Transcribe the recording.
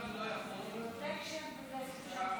פרוטקשן וכסף שחור.